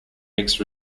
mixed